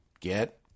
Get